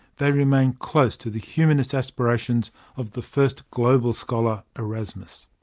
they remain close to the humanist aspirations of the first global scholar, erasmus.